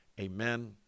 amen